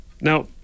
Now